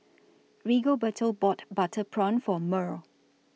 Rigoberto bought Butter Prawn For Mearl